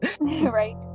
right